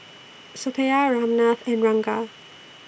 Suppiah Ramnath and Ranga